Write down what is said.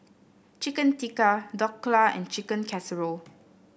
Chicken Tikka Dhokla and Chicken Casserole